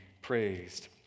praised